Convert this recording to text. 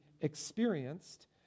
experienced